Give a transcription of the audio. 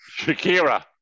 Shakira